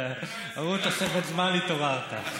אמרו תוספת זמן, התעוררת.